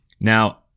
Now